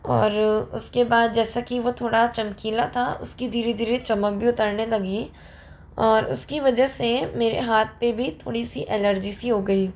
और उसके बाद जैसा कि वो थोड़ा चमकीला था उसकी धीरे धीरे चमक भी उतरने लगी और उसकी वजह से मेरे हाथ पे भी थोड़ी सी एलर्जी सी हो गई